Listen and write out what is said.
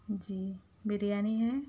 جی بریانی ہے